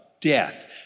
death